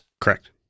Correct